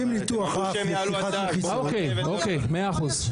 מאה אחוז.